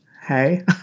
Hey